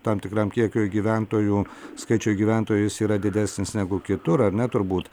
tam tikram kiekiui gyventojų skaičiui gyventojus yra didesnis negu kitur ar ne turbūt